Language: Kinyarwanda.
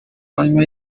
manywa